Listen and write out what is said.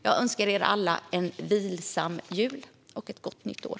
Jag önskar er alla en vilsam jul och ett gott nytt år.